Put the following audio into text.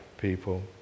people